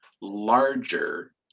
larger